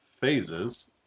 Phases